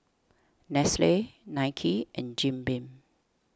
Nestle Nike and Jim Beam